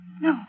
No